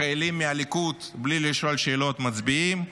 החיילים מהליכוד, בלי לשאול שאלות, מצביעים.